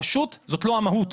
רשות זאת לא המהות,